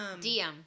DM